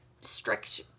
strict